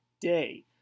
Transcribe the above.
day